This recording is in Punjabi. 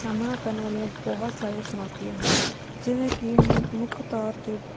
ਸਾਹਮਣਾ ਕਰਨ ਵਾਲੀਆਂ ਬਹੁਤ ਸਾਰੀਆਂ ਚੁਣੌਤੀਆਂ ਹਨ ਜਿਵੇਂ ਕਿ ਮੁੱਖ ਤੌਰ 'ਤੇ